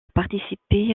participé